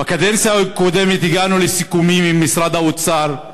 בקדנציה הקודמת הגענו לסיכומים עם משרד האוצר,